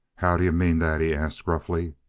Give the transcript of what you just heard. how d'you mean that? he asked gruffly.